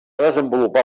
desenvolupar